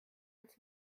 als